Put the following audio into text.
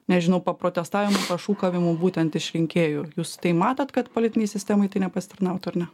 nežinau paprotestavimo pašūkavimų būtent iš rinkėjų jūs tai matot kad politinei sistemai tai nepasitarnautų ar ne